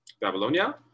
Babylonia